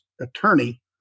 attorney